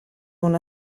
una